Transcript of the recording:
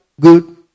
Good